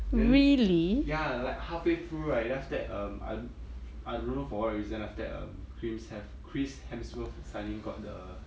then ya like halfway through right then after that um I d~ I don't know for what reason after that um chris hev~ chris hemsworth suddenly got the